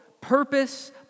purpose